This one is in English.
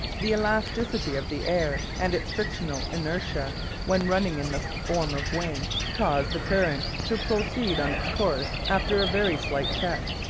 the elasticity of the air and its frictional inertia when running in the form of wind cause the current to proceed on its course after a very slight check,